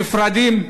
נפרדות,